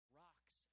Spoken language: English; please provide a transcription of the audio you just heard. rocks